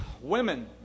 women